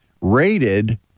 rated